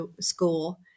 school